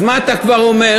אז מה אתה כבר אומר?